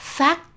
Phát